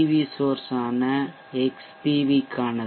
we சோர்ஷ் ஆன xPV க்கானது